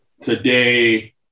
today